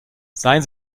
seien